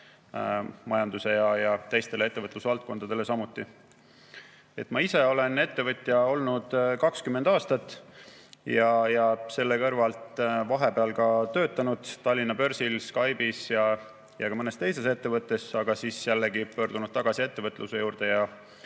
ja teistele ettevõtlusvaldkondadele samuti. Ma ise olen ettevõtja olnud 20 aastat ja selle kõrvalt vahepeal töötanud Tallinna börsil, Skype'is ja ka mõnes teises ettevõttes, aga siis jällegi pöördunud tagasi ettevõtluse juurde ja